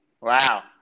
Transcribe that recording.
Wow